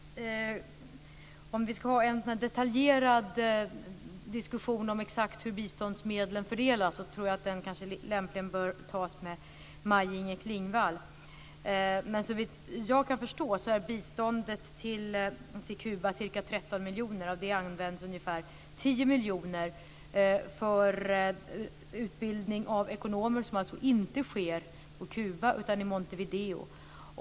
Fru talman! Om vi ska ha en detaljerad diskussion om exakt hur biståndsmedlen fördelas, tror jag att den lämpligen bör tas med Maj-Inger Klingvall. Såvitt jag kan förstå är biståndet till Kuba ca 13 miljoner, och av det används ungefär 10 miljoner för utbildning av ekonomer, som alltså inte sker på Kuba utan i Montevideo.